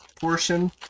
portion